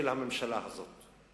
של הממשלה הזאת.